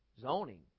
zoning